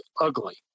ugly